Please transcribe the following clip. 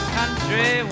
country